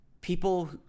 people